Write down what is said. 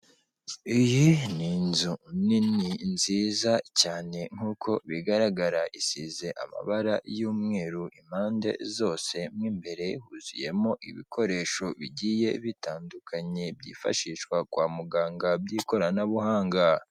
Iyi ni inzu nini nziza cyane, nk'uko bigaragara isize amabara y'umweru impande zose, mo imbere huzuyemo ibikoresho bigiye bitandukanye, byifashishwa kwa muganga, by'ikoranabuhanga.